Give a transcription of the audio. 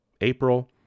April